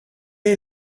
est